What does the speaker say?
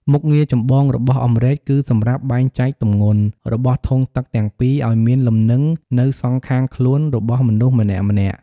មុខងារចម្បងរបស់អម្រែកគឺសម្រាប់ បែងចែកទម្ងន់ របស់ធុងទឹកទាំងពីរឱ្យមានលំនឹងនៅសងខាងខ្លួនរបស់មនុស្សម្នាក់ៗ។